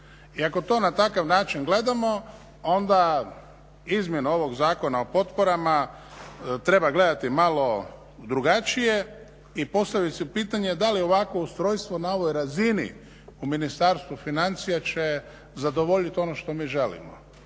i ako to na takav način gledamo onda izmjenu ovog Zakona o potporama treba gledati malo drugačije i postavit si pitanje da li ovakvo ustrojstvo na ovoj razini u Ministarstvu financija će zadovoljiti ono što mi želimo.